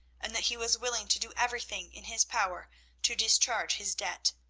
and that he was willing to do everything in his power to discharge his debt.